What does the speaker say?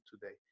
today